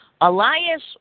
Elias